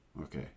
Okay